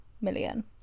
million